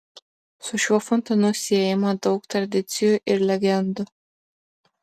su šiuo fontanu siejama daug tradicijų ir legendų